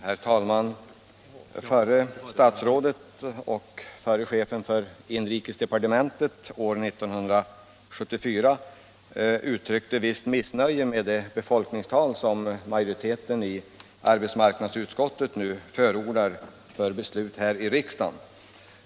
Herr talman! Före detta statsrådet och chefen för inrikesdepartementet, Eric Holmqvist, uttryckte missnöje med de befolkningstal som majoriteten i arbetsmarknadsutskottet nu förordar för beslut här i riksdagen.